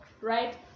right